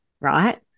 right